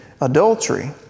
adultery